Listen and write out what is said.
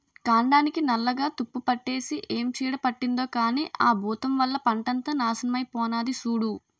కాండానికి నల్లగా తుప్పుపట్టేసి ఏం చీడ పట్టిందో కానీ ఆ బూతం వల్ల పంటంతా నాశనమై పోనాది సూడూ